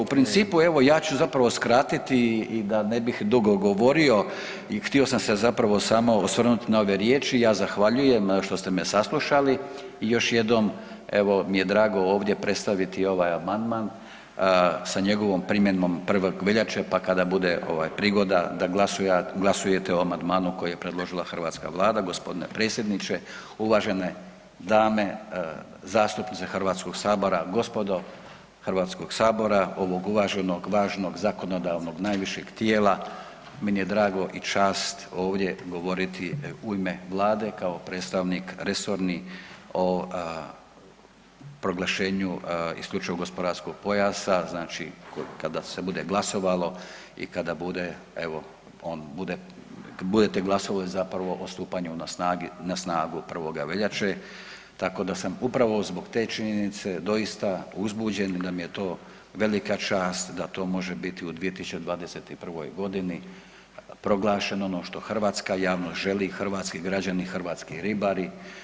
U principu evo, ja ću zapravo skratiti i da ne bih dugo govorio, htio sam se zapravo samo osvrnuti na ove riječi, ja zahvaljujem što ste me saslušali i još jednom evo mi je drago ovdje predstaviti ovaj amandman sa njegovom primjenom 1. veljače pa kada bude ovaj, prigoda da glasujete o amandmanu koji je predložila hrvatska Vlada, g. predsjedniče, uvažene dame, zastupnice HS-a, gospodo HS-a, ovog uvaženog važnog zakonodavnog najvišeg tijela, meni je drago i čast ovdje govoriti u ime Vlade, kao predstavnik resorni o proglašenju isključivog gospodarskog pojasa, znači kada se bude glasovalo i kada bude evo on, bude, kad budete glasovali zapravo o stupanju na snagu 1. veljače, tako da sam upravo zbog te činjenice doista uzbuđen, da mi je to velika čast, da to može biti u 2021. g. proglašeno ono što hrvatska javnost želi, hrvatski građani, hrvatski ribari.